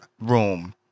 room